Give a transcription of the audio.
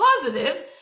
positive